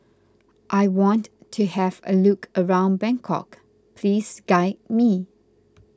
I want to have a look around Bangkok please guide me